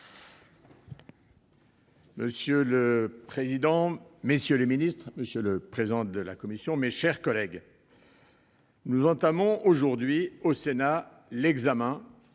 Monsieur le président, messieurs les ministres, monsieur le président de la commission, mes chers collègues, le Sénat engage aujourd’hui l’examen